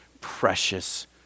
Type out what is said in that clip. precious